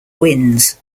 wins